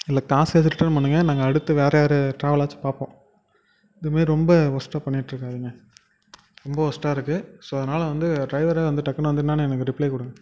இல்லை காசையாவது ரிட்டர்ன் பண்ணுங்க நாங்கள் அடுத்து வேறு யாரை ட்ராவலாச்சும் பார்ப்போம் இதுமாரி ரொம்ப ஒர்ஸ்டாக பண்ணிகிட்டு இருக்காதீங்க ரொம்ப ஒர்ஸ்டாக இருக்குது ஸோ அதனால வந்து ட்ரைவரு வந்து டக்குனு வந்து என்னென்னு எனக்கு ரிப்ளை கொடுங்க